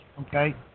Okay